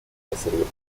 accepted